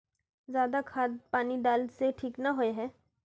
ज्यादा खाद पानी डाला से ठीक ना होए है?